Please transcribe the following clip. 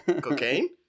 Cocaine